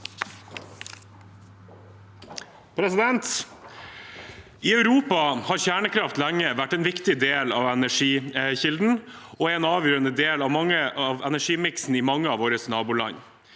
I Europa har kjernekraft lenge vært en viktig del av energikildene, og det er en avgjørende del av energimiksen i mange av våre naboland.